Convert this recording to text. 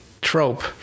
trope